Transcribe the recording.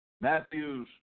Matthews